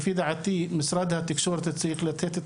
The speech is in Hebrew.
לפי דעתי משרד התקשורת צריך לתת את